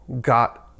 got